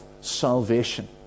salvation